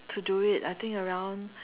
to do it I think around